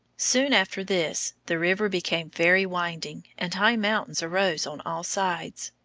soon after this the river became very winding, and high mountains arose on all sides.